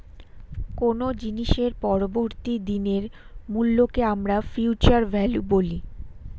কোনো জিনিসের পরবর্তী দিনের মূল্যকে আমরা ফিউচার ভ্যালু বলি